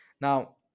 now